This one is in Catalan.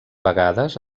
vegades